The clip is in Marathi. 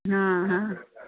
हां हां